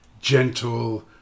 gentle